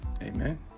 Amen